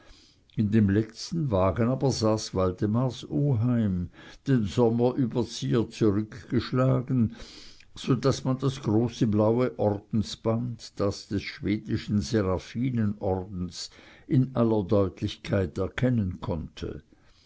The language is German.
in dem letzten wagen aber saß waldemars oheim den sommerüberzieher zurückgeschlagen so daß man das große blaue ordensland das des schwedischen seraphinenordens in aller deutlichkeit erkennen konnte